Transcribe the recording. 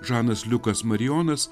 žanas liukas marijonas